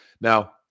Now